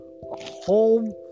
home